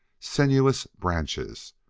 sinuous branches,